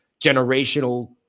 generational